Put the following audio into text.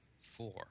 four